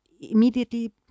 immediately